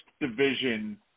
division